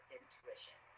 intuition